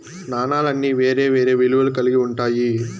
నాణాలన్నీ వేరే వేరే విలువలు కల్గి ఉంటాయి